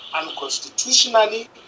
unconstitutionally